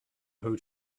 who